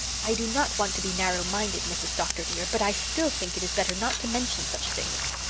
i do not want to be narrow-minded, mrs. dr. dear, but i still think it is better not to mention such things